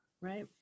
Right